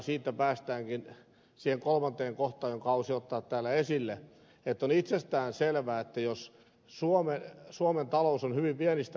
siitä päästäänkin siihen kolmanteen kohtaan jonka halusin ottaa täällä ei sillä ett oli itsestään esille että suomen talous on viennistä hyvin riippuvaista